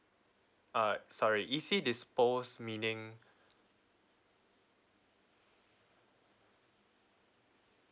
uh sorry E_C dispose meaning